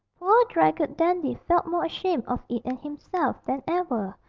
poor draggled dandy felt more ashamed of it and himself than ever,